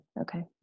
Okay